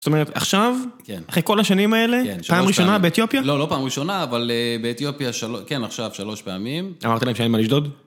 זאת אומרת, עכשיו, אחרי כל השנים האלה, פעם ראשונה באתיופיה? לא, לא פעם ראשונה, אבל באתיופיה, כן עכשיו, שלוש פעמים. אמרת להם שאין מה לשדוד?